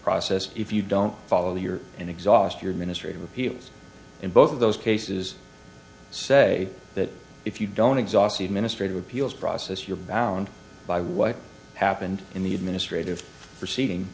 process if you don't follow your and exhaust your ministry of appeals in both of those cases say that if you don't exhaust the administrative appeals process you're bound by what happened in the administrative proceeding